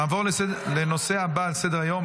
נעבור לנושא הבא על סדר-היום,